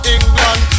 England